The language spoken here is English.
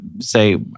say